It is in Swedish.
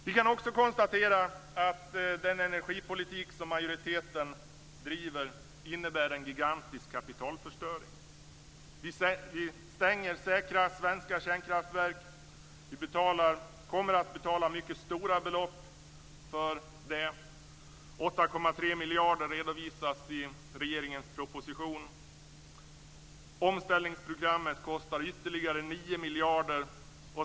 Vi kan också konstatera att den energipolitik som majoriteten driver innebär en gigantisk kapitalförstöring. Vi stänger säkra svenska kärnkraftverk. Vi kommer att betala mycket stora belopp för det. 8,3 miljarder redovisas i regeringens proposition. Omställningsprogrammet kostar ytterligare 9 miljarder.